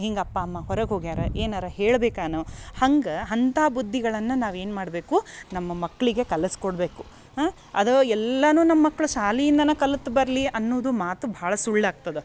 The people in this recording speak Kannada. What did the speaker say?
ಹಿಂಗೆ ಅಪ್ಪ ಅಮ್ಮ ಹೊರಗೆ ಹೋಗ್ಯಾರ ಏನಾರ ಹೇಳ್ಬೇಕಾನು ಹಂಗ ಅಂತಾ ಬುದ್ಧಿಗಳನ್ನ ನಾವೇನು ಮಾಡಬೇಕು ನಮ್ಮ ಮಕ್ಕಳಿಗೆ ಕಲಿಸ್ಕೊಡಬೇಕು ಅದು ಎಲ್ಲನು ನಮ್ಮ ಮಕ್ಳು ಸಾಲಿಯಿಂದನ ಕಲುತು ಬರ್ಲಿ ಅನ್ನುದು ಮಾತು ಭಾಳ ಸುಳ್ಳು ಆಗ್ತದ